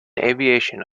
aviation